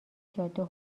جاده